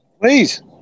Please